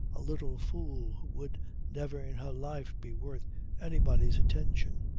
a little fool who would never in her life be worth anybody's attention,